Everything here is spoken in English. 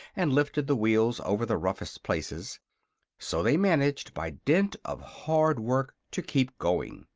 and lifted the wheels over the roughest places so they managed, by dint of hard work, to keep going.